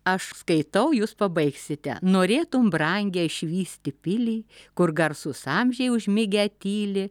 aš skaitau jūs pabaigsite norėtum brangią išvysti pilį kur garsūs amžiai užmigę tyli